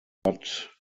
but